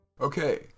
okay